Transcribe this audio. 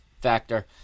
factor